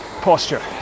posture